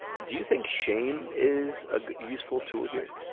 do you think shame is a useful tool here?